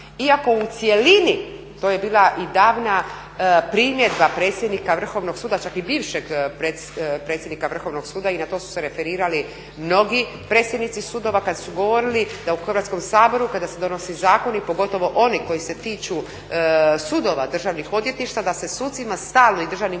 Iako u cjelini to je bila i davna primjedba predsjednika Vrhovnog suda, čak i bivšeg predsjednika Vrhovnog suda i na to su se referirali mnogi predsjednici sudova kad su govorili da u Hrvatskom saboru kada se donosi zakon i pogotovo oni koji se tiču sudova, državnih odvjetništava da se sucima stalno i državnim odvjetnicima